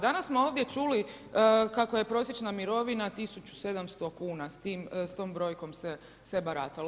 Danas smo ovdje čuli kako je prosječna mirovina 1700 kn, s tom brojkom se baratalo.